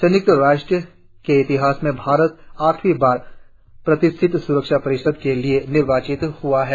संयुक्त राष्ट्र के इतिहास में भारत आठवीं बार प्रतिष्ठित स्रक्षा परिषद के लिए निर्वाचित हुआ है